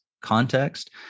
context